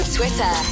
Twitter